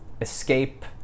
escape